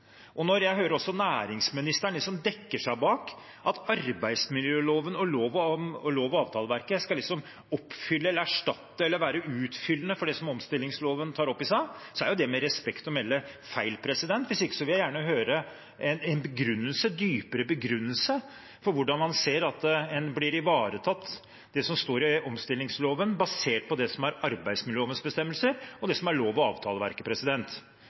Når jeg hører næringsministeren liksom dekker seg bak at arbeidsmiljøloven og lov- og avtaleverket liksom skal oppfylle, erstatte eller være utfyllende for det som omstillingsloven tar opp i seg, er det med respekt å melde feil. Hvis ikke vil jeg gjerne høre en dypere begrunnelse for hvordan han ser at en blir ivaretatt – når det gjelder det som står i omstillingsloven – basert på det som er arbeidsmiljølovens bestemmelser og det som er lov- og avtaleverket.